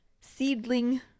seedling